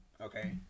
okay